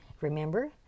Remember